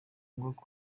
ngombwa